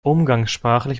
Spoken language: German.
umgangssprachlich